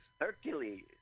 Hercules